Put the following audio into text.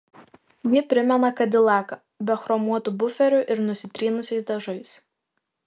ji primena kadilaką be chromuotų buferių ir nusitrynusiais dažais